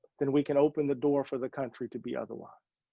then we can open the door for the country to be otherwise.